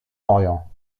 orient